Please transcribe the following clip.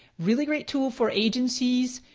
really great tool for agencies.